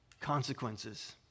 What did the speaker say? Consequences